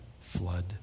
Flood